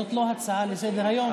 זאת לא הצעה לסדר-היום,